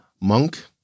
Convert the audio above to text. monk